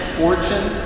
fortune